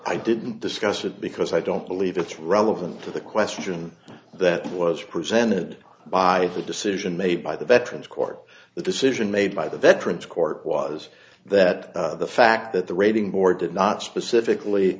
i didn't discuss it because i don't believe it's relevant to the question that was presented by the decision made by the veterans court the decision made by the veterans court was that the fact that the rating board did not specifically